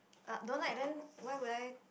uh don't like then why would I